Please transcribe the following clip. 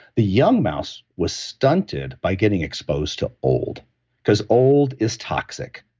the young mouse was stunted by getting exposed to old because old is toxic.